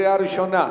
קריאה ראשונה.